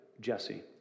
Jesse